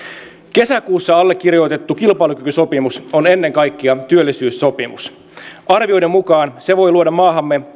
kesäkuussa allekirjoitettu kilpailukykysopimus on ennen kaikkea työllisyyssopimus arvioiden mukaan se voi luoda maahamme